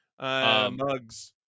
Mugs